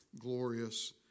glorious